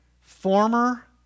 former